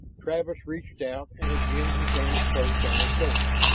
travis reached out, and again his hands closed on her shoulders.